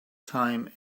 time